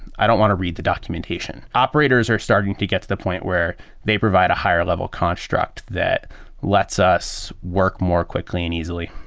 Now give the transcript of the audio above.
i don't want to read the documentation. operators are starting to get to the point where they provide a higher level construct that lets us work more quickly and easily.